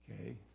Okay